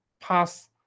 pass